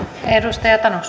arvoisa